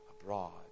abroad